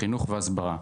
ובחינוך והסברה.